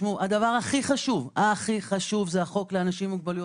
הדבר הכי חשוב זה החוק לאנשים עם מוגבלות.